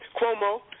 Cuomo